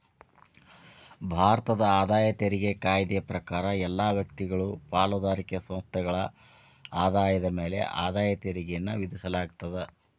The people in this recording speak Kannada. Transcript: ಭಾರತದ ಆದಾಯ ತೆರಿಗೆ ಕಾಯ್ದೆ ಪ್ರಕಾರ ಎಲ್ಲಾ ವ್ಯಕ್ತಿಗಳು ಪಾಲುದಾರಿಕೆ ಸಂಸ್ಥೆಗಳ ಆದಾಯದ ಮ್ಯಾಲೆ ಆದಾಯ ತೆರಿಗೆಯನ್ನ ವಿಧಿಸಲಾಗ್ತದ